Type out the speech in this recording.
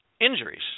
injuries